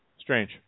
Strange